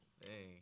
Hey